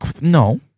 No